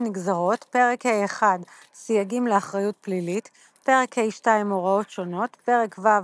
נגזרות פרק ה'1 סייגים לאחריות פלילית פרק ה'2 הוראות שונות פרק ו'